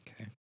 Okay